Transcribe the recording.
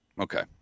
Okay